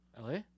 LA